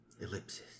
Ellipsis